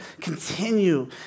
continue